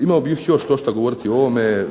Imao bih još štošta govoriti o ovome,